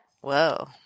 Whoa